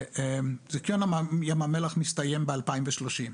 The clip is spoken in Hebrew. הזיכיון מסתיים ב-2030.